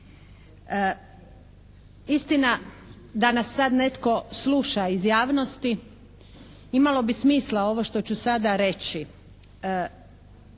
Istina, da nas sad netko sluša iz javnosti imalo bi smisla ovo što ću sada reći.